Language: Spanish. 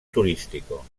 turístico